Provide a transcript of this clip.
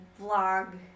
vlog